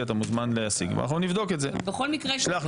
והיה חוק שאומר שלא נותנים תרומות לאנשי ציבור --- החוק עדיין קיים.